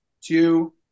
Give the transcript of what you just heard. Two